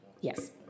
Yes